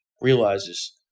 realizes